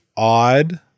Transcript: Odd